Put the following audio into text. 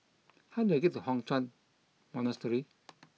how do I get to Hock Chuan Monastery